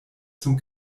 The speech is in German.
zum